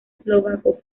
eslovaco